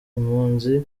impunzi